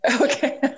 Okay